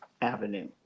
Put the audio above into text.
avenue